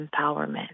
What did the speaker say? empowerment